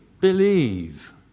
believe